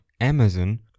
Amazon